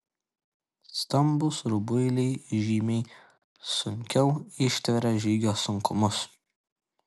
stambūs rubuiliai žymiai sunkiau ištveria žygio sunkumus